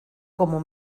como